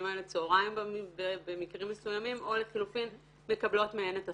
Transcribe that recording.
האלה צהריים במקרים מסוימים או לחלופין מקבלות מהם את השכר.